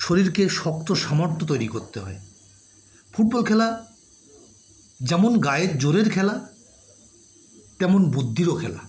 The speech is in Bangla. শরীরকে শক্ত সমর্থ্য তৈরি করতে হয় ফুটবল খেলা যেমন গায়ের জোরের খেলা তেমন বুদ্ধিরও খেলা